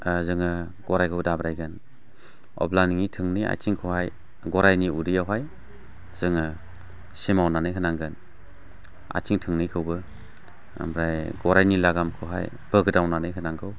जोङो गराइखौ दाब्रायगोन अब्ला नोंनि थोंनै आथिंखौहाय गराइनि उदैआवहाय जोङो सोमावनानै होनांगोन आथिं थोंनैखौबो ओमफ्राय गराइनि लागाम लागामखौहाय बोगोदावनानै होनांगौ